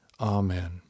Amen